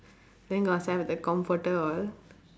then got sell the comforter all